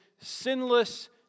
sinless